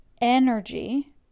energy